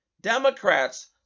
Democrats